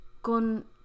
Con